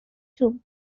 took